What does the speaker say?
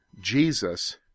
Jesus